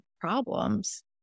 problems